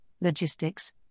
logistics